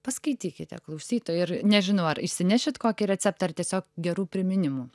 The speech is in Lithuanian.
paskaitykite klausytojai ir nežinau ar išsinešit kokį receptą ar tiesiog gerų priminimų